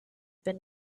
been